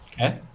Okay